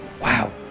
Wow